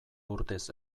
urtez